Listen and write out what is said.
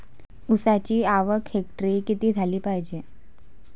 ऊसाची आवक हेक्टरी किती झाली पायजे?